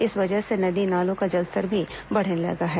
इस वजह से नदी नालों का जलस्तर भी बढ़ने लगा है